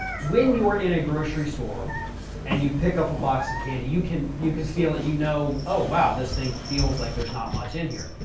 when you're in a grocery store and you pick up a box of candy, you can, you can feel it, you know, oh wow, this thing feels like there's not much in here.